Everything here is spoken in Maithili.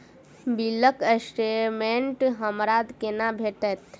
बिलक स्टेटमेंट हमरा केना भेटत?